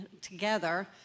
together